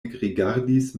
ekrigardis